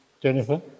Jennifer